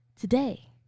today